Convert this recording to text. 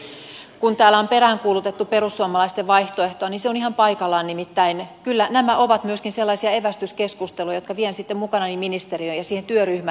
esimerkiksi kun täällä on peräänkuulutettu perussuomalaisten vaihtoehtoa niin se on ihan paikallaan nimittäin kyllä nämä ovat myöskin sellaisia evästyskeskusteluja jotka vien sitten mukanani ministeriöön ja työryhmään